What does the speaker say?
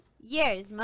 years